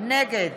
נגד